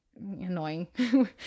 annoying